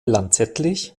lanzettlich